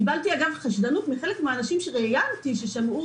קיבלתי אגב חשדנות מחלק מהאנשים שראייתי ששמעו